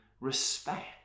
respect